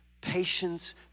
patience